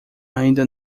ainda